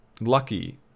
lucky